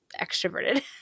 extroverted